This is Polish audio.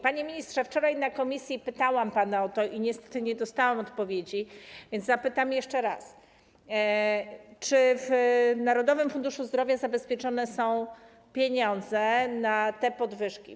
Panie ministrze, wczoraj na posiedzeniu komisji pytałam pana o to i niestety nie dostałam odpowiedzi, więc zapytam jeszcze raz: Czy w Narodowym Funduszu Zdrowia zabezpieczone są pieniądze na te podwyżki?